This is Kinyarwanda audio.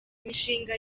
mishinga